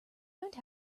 learned